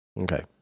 Okay